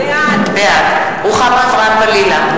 בעד רוחמה אברהם-בלילא,